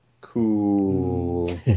Cool